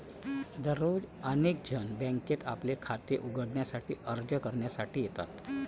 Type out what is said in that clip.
दररोज अनेक जण बँकेत आपले खाते उघडण्यासाठी अर्ज करण्यासाठी येतात